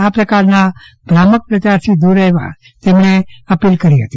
આ પ્રકારના ભ્રામક પ્રચારથી દૂર રહેવા તેમણે અપીલ કરી હતી